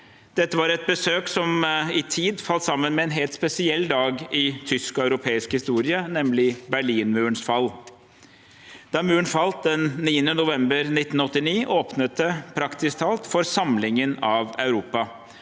Dette var et besøk som i tid falt sammen med en helt spesiell dag i tysk og europeisk historie, nemlig Berlinmurens fall. Da muren falt den 9. november 1989, åpnet det, praktisk talt, for samlingen av Europa.